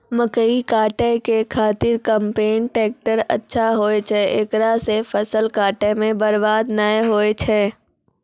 मकई काटै के खातिर कम्पेन टेकटर अच्छा होय छै ऐकरा से फसल काटै मे बरवाद नैय होय छै?